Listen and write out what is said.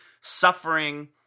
suffering